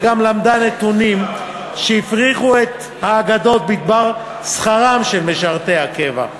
וגם למדה נתונים שהפריכו את האגדות בדבר שכרם של משרתי הקבע.